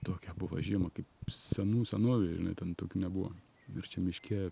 tokia buvo žiema kaip senų senovėj žinai ten tokių nebuvo ir čia miške